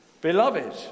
Beloved